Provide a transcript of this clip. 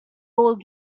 old